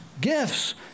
gifts